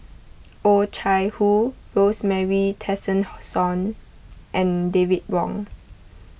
Oh Chai Hoo Rosemary Tessensohn and David Wong